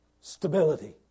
stability